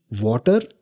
water